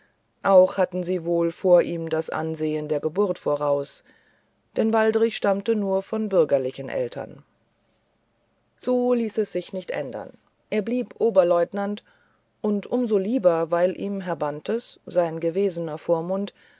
auch hatten sie wohl vor ihm das ansehen der geburt voraus denn waldrich stammte nur von bürgerlichen eltern so ließ es sich nicht ändern er blieb oberleutnant und um so lieber weil ihm herr bantes sein gewesener vormund